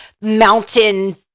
mountain